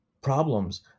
problems